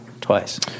twice